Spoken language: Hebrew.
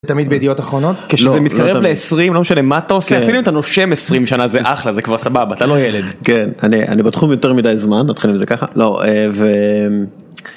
תמיד בידיעות אחרונות כשזה מתקרב ל-20. לא משנה מה אתה עושה. אפילו אם אתה נושם 20 שנה, זה אחלה, זה כבר סבבה. אתה לא ילד. כן אני בתחום יותר מדי זמן נתחיל עם זה ככה.